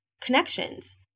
connections